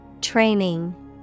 Training